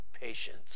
patience